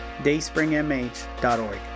dayspringmh.org